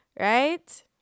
right